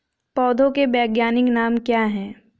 पौधों के वैज्ञानिक नाम क्या हैं?